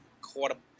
quarterback